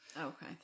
Okay